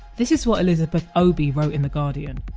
this is what elizabeth obi wrote in the guardian.